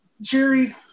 Jerry